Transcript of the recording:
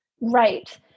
Right